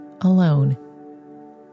alone